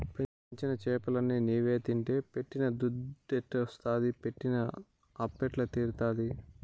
పెంచిన చేపలన్ని నీవే తింటే పెట్టిన దుద్దెట్టొస్తాది పెట్టిన అప్పెట్ట తీరతాది